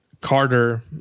Carter